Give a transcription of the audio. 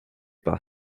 par